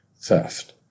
theft